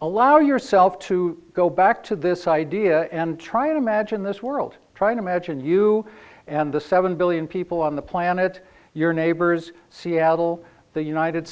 allow yourself to go back to this idea and try and imagine this world trying to magine you and the seven billion people on the planet your neighbors seattle the united